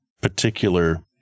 particular